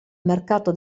mercato